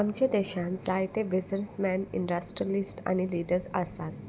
आमच्या देशांत जायते बिजनसमॅन इंडस्ट्रियलिस्ट आनी लिडर्स आसात